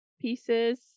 pieces